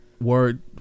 word